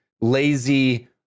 lazy